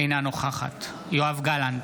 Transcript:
אינה נוכחת יואב גלנט,